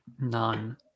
None